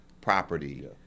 property